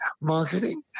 marketing